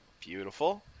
beautiful